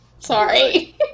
Sorry